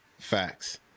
Facts